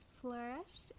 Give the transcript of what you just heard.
flourished